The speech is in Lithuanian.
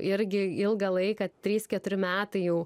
irgi ilgą laiką trys keturi metai jau